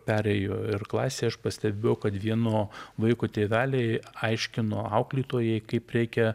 perėjo ir klasėj aš pastebėjau kad vieno vaiko tėveliai aiškino auklėtojai kaip reikia